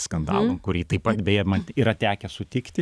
skandalo kurį taip pat beje man yra tekę sutikti